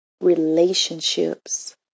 relationships